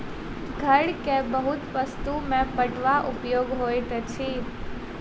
घर के बहुत वस्तु में पटुआक उपयोग होइत अछि